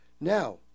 Now